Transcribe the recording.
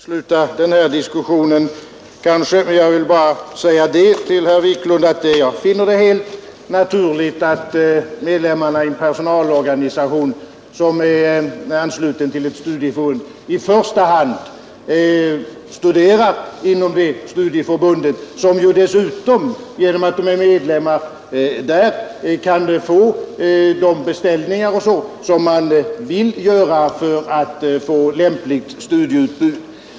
Herr talman! Vi kan kanske sluta denna diskussion nu, men jag vill bara säga till herr Wiklund i Härnösand att jag finner det helt naturligt att medlemmarna i en personalorganisation som är ansluten till ett studieförbund i första hand studerar inom det studieförbundet; genom att de är medlemmar kan de göra de beställningar som innebär det lämpligaste studieutbudet.